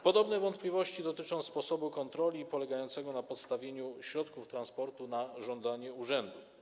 Podobne wątpliwości dotyczą sposobu kontroli polegającego na podstawieniu środków transportu na żądanie urzędu.